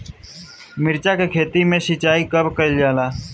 मिर्चा के खेत में सिचाई कब कइल जाला?